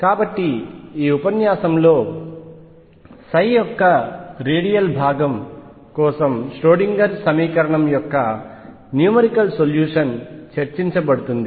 కాబట్టి ఈ ఉపన్యాసం లో యొక్క రేడియల్ భాగం కోసం ష్రోడింగర్ సమీకరణం యొక్క న్యూమెరికల్ సొల్యూషన్ చర్చించబడుతుంది